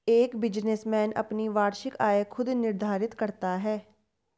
एक बिजनेसमैन अपनी वार्षिक आय खुद निर्धारित करता है